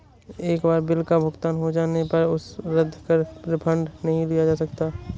एक बार बिल का भुगतान हो जाने पर उसे रद्द करके रिफंड नहीं लिया जा सकता